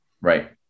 Right